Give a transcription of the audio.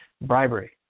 Bribery